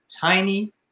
tiny